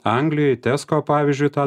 anglijoj tesko pavyzdžiui tą